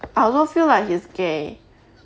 I also feel like he's gay